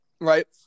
right